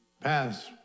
pass